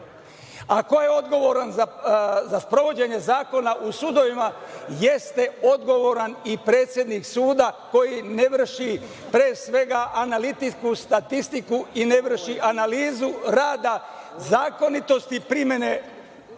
Ko je odgovoran za sprovođenje zakona u sudovima? Jeste odgovoran i predsednik suda koji ne vrši, pre svega, analitičku statistiku i ne vrši analizu rada zakonitosti primene